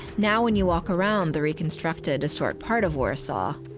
now when you walk around the reconstructed destroyed part of warsaw,